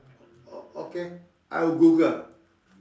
oh okay I will Google